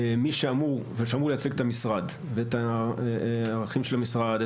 מי שאמור לייצג את המשרד ואת הערכים של המשרד,